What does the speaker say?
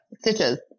Stitches